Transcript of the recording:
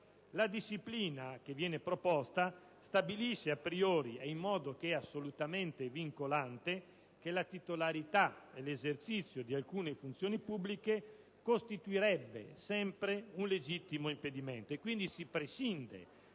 La disciplina che viene proposta stabilisce *a priori* e in modo assolutamente vincolante che la titolarità dell'esercizio di alcune funzioni pubbliche costituirebbe sempre un legittimo impedimento, e quindi si prescinde